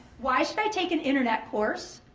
why should i take an internet course?